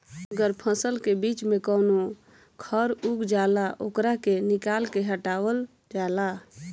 अगर फसल के बीच में कवनो खर उग जाला ओकरा के निकाल के हटावल जाला